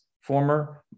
former